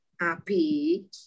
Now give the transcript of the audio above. api